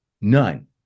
none